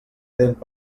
dent